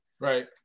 Right